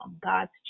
God's